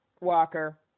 Walker